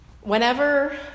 Whenever